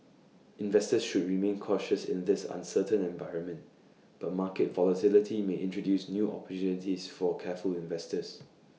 investors should remain cautious in this uncertain environment but market volatility may introduce new opportunities for careful investor